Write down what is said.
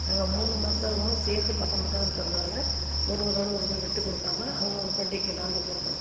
நாங்கள் மூணு மதத்தவர்களும் சேர்ந்து பக்கம் பக்கம் இருக்கறதுனால் ஒரு ஒருவரோடு ஒரு விட்டு கொடுக்காம அவுங்கவங்க பண்டிகைக்கு நாங்கள் போகிறதும்